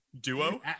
duo